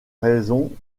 raison